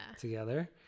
together